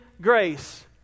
grace